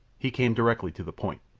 he came directly to the point.